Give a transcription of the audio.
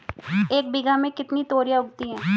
एक बीघा में कितनी तोरियां उगती हैं?